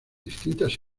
distintas